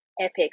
epic